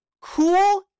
Cool